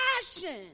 passion